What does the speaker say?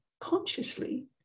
consciously